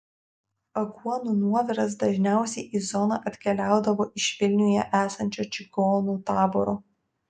aguonų nuoviras dažniausiai į zoną atkeliaudavo iš vilniuje esančio čigonų taboro